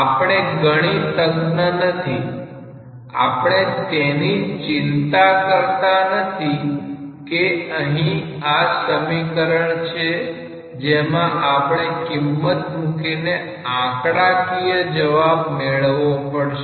આપણે ગણિતજ્ઞ નથી આપણે તેની ચિંતા કરતાં નથી કે કે અહી આ સમીકરણ છે જેમાં આપણે કિંમત મૂકીને આંકડાકીય જવાબ મેળવવો પડશે